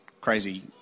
crazy